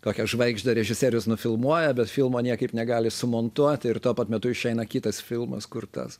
kokią žvaigždę režisierius nufilmuoja bet filmo niekaip negali sumontuoti ir tuo pat metu išeina kitas filmas kur tas